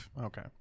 okay